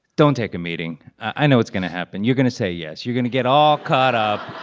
don't take a meeting. i know what's going to happen. you're going to say yes. you're going to get all caught up.